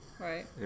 Right